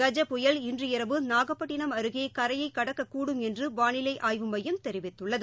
கஜ புயல் இன்று இரவு நாகப்பட்டினம் அருகேகரையைக் கடக்கக்கூடும் என்றுவானிலைஆய்வு மையம் தெரிவித்துள்ளது